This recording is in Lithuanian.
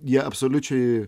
jie absoliučiai